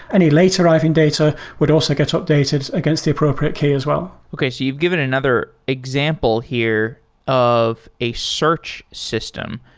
any late arriving data would also get updated against the appropriate key as well okay. so you've given another example here of a search system.